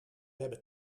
hebben